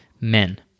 men